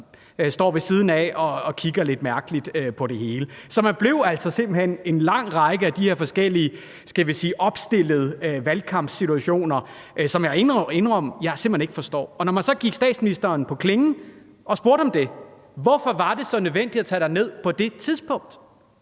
står ved siden af og kigger lidt mærkeligt på det hele. Så man blev altså simpelt hen en del af en lang række af de her forskellige, skal vi sige opstillede valgkampsituationer, hvilket jeg må indrømme jeg simpelt hen ikke forstår. Når man så gik statsministeren på klingen og spurgte om, hvorfor det var så nødvendigt at tage derned på det tidspunkt,